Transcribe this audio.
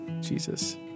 Jesus